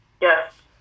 yes